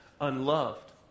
unloved